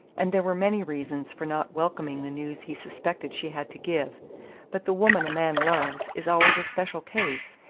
and there were many reasons for not welcoming the news he suspected she had to give but the woman a man loves is always a special case,